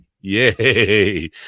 Yay